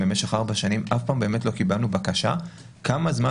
במשך 4 שנים אף פעם באמת לא קיבלנו בבקשה לדעת כמה זמן